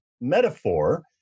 metaphor